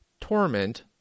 Torment